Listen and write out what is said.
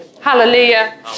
Hallelujah